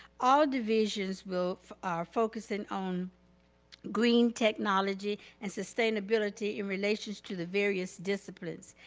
all divisions will are focusing on green technology and sustainability in relations to the various disciplines.